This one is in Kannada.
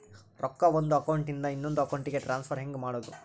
ರೊಕ್ಕ ಒಂದು ಅಕೌಂಟ್ ಇಂದ ಇನ್ನೊಂದು ಅಕೌಂಟಿಗೆ ಟ್ರಾನ್ಸ್ಫರ್ ಹೆಂಗ್ ಮಾಡೋದು?